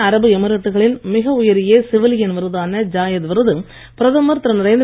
ஐக்கிய அரபு எமிரேட்டுகளின் மிக உயரிய சிவிலியன் விருதான ஜாயத் விருது பிரதமர் திரு